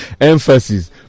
Emphasis